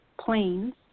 planes